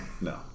no